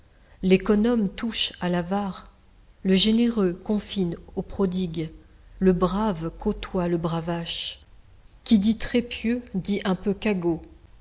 l'économe touche à l'avare le généreux confine au prodigue le brave côtoie le bravache qui dit très pieux dit un peu cagot